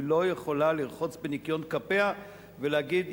היא לא יכולה לרחוץ בניקיון כפיה ולהגיד: